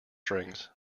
strings